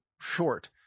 short